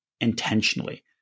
intentionally